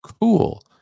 Cool